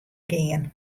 gean